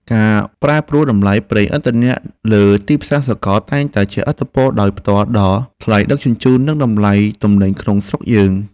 ការប្រែប្រួលតម្លៃប្រេងឥន្ធនៈលើទីផ្សារសកលតែងតែជះឥទ្ធិពលដោយផ្ទាល់ដល់ថ្លៃដឹកជញ្ជូន និងតម្លៃទំនិញក្នុងស្រុកយើង។